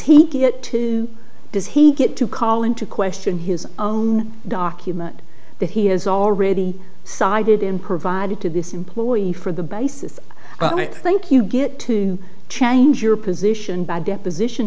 he get to does he get to call into question his own document that he has already cited in provided to this employee for the basis well i think you get to change your position by deposition